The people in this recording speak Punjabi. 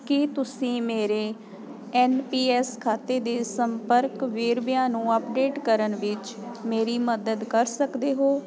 ਕੀ ਤੁਸੀਂ ਮੇਰੇ ਐੱਨ ਪੀ ਐੱਸ ਖਾਤੇ ਦੇ ਸੰਪਰਕ ਵੇਰਵਿਆਂ ਨੂੰ ਅਪਡੇਟ ਕਰਨ ਵਿੱਚ ਮੇਰੀ ਮਦਦ ਕਰ ਸਕਦੇ ਹੋ